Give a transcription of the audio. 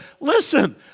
listen